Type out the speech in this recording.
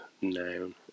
noun